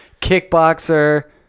kickboxer